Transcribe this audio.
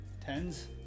Tens